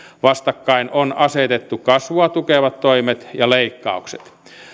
vastakkain on asetettu kasvua tukevat toimet ja leikkaukset